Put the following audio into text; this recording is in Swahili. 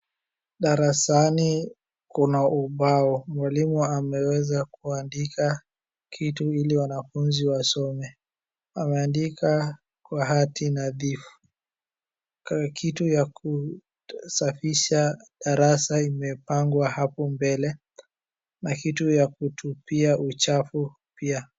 Darasani kuna ubao. Mwalimu ameweza kuandika kitu ili wanafuzi wasome. Wameandika kwa hati nadhifu. Kitu ya kusafisha darasa imepangwa hapo mbele na kitu ya kutupia uchafu pia.